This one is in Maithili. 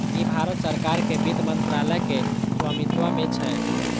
ई भारत सरकार के वित्त मंत्रालय के स्वामित्व मे छै